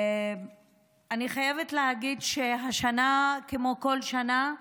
אני חייבת להגיד שהשנה, כמו בכל שנה,